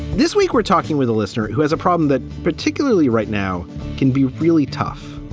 this week, we're talking with a listener who has a problem that particularly right now can be really tough.